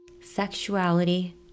Sexuality